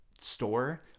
store